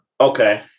Okay